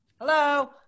Hello